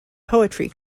poetry